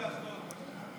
בנינו באשדוד.